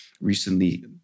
recently